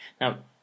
Now